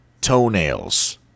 toenails